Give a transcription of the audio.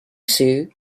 sue